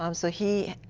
um so he